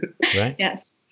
Yes